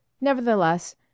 Nevertheless